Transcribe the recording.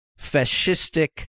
fascistic